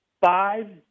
five